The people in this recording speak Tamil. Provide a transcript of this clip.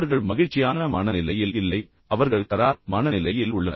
அவர்கள் மகிழ்ச்சியான மனநிலையில் இல்லை அவர்கள் கறார் மனநிலையில் உள்ளனர்